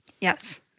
yes